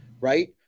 right